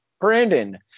Brandon